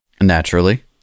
Naturally